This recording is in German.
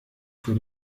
für